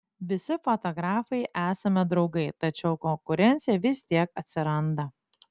visi fotografai esame draugai tačiau konkurencija vis tiek atsiranda